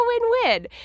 win-win